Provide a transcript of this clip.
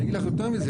אני אגיד לך יותר מזה,